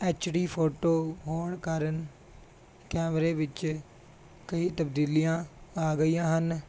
H D photo ਹੋਣ ਕਾਰਨ ਕੈਮਰਿਆਂ ਵਿੱਚ ਕਈ ਤਬਦੀਲੀਆਂ ਆ ਗਈਆਂ ਹਨ